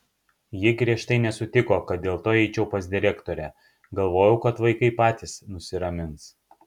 ji griežtai nesutiko kad dėl to eičiau pas direktorę galvojau kad vaikai patys nusiramins